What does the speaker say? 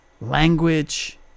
language